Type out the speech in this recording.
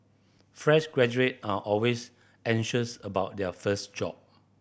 fresh graduate are always anxious about their first job